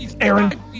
Aaron